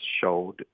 showed